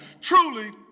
Truly